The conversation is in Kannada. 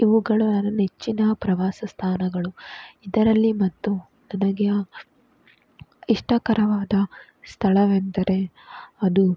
ಇವುಗಳ ಅರ ನೆಚ್ಚಿನ ಪ್ರವಾಸ ಸ್ಥಾನಗಳು ಇದರಲ್ಲಿ ಮತ್ತು ನನಗೆ ಇಷ್ಟಕರವಾದ ಸ್ಥಳವೆಂದರೆ ಅದು